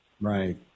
Right